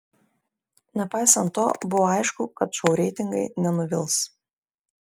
nepaisant to buvo aišku kad šou reitingai nenuvils